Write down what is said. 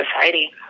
society